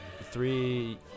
three